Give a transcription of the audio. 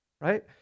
right